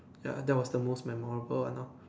ya that was the most memorable one lor